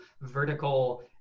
vertical